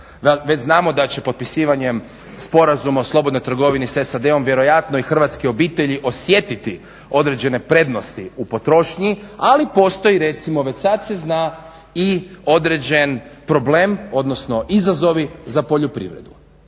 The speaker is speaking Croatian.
Već znamo da će potpisivanjem sporazuma o slobodnoj trgovini sa SAD-om vjerojatno i hrvatske obitelji osjetiti određene prednosti u potrošnji ali postoji već recimo sada se zna i određen problem odnosno izazovi za poljoprivredu.